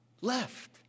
left